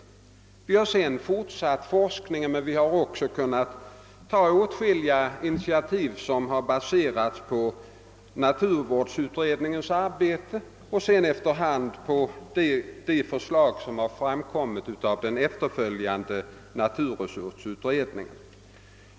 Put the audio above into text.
Vi har under 1960-talet utvidgat naturvårdsforskningen men det har också tagits åtskilliga initiativ, som har baserats på naturvårdsutredningens arbete och senare på de förslag som har framkommit ur den efterföljande naturresursutredningens verksamhet.